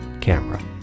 camera